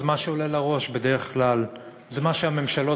אז מה שעולה בראש בדרך כלל זה מה שהממשלות